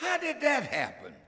how did that happen